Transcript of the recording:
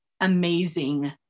amazing